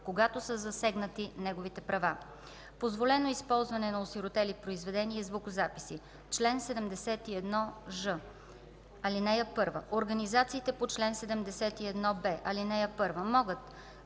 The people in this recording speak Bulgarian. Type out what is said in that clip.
когато са засегнати неговите права. Позволено използване на осиротели произведения и звукозаписи Чл. 71ж. (1) Организациите по чл. 71б, ал. 1 могат